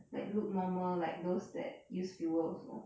like look normal like those that use fuel also